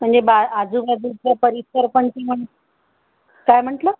म्हणजे बा आजूबाजूचा परिसर पण ती म्हण काय म्हटलं